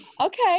okay